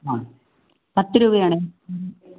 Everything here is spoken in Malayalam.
ആ പത്ത് രൂപയാണ് ഉം